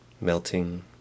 melting